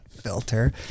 filter